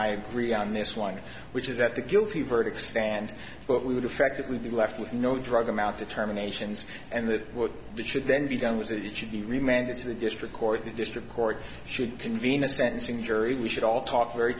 i agree on this one which is that the guilty verdict stand but we would effectively be left with no drug them out determinations and that would should then be done with it should be remanded to the district court the district court should convene a sentencing jury we should all talk very